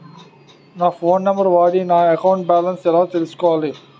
నా phone number వాడి నా అకౌంట్ బాలన్స్ ఎలా తెలుసుకోవాలి?